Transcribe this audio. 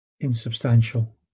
insubstantial